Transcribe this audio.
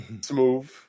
Smooth